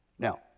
Now